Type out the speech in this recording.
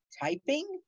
typing